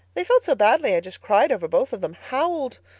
they felt so badly i just cried over both of them howled.